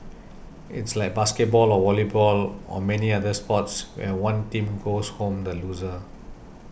it's like basketball or volleyball or many other sports where one team goes home the loser